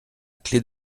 clef